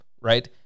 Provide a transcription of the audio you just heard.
right